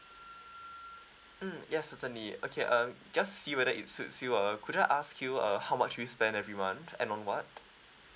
mm yeah certainly okay uh just to see whether it suits you uh could I ask you uh how much do you spend every month and on what